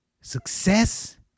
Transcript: success